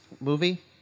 movie